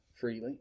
freely